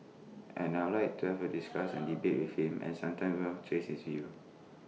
and I would like to have discuss and debate with him and sometimes he will change his view